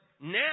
now